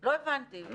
לא הבנתי, ודמני.